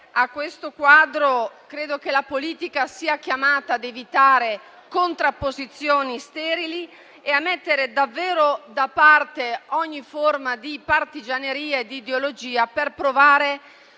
a questo quadro, credo che la politica sia chiamata ad evitare contrapposizioni sterili e a mettere davvero da parte ogni forma di partigianeria e di ideologia per provare